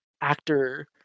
actor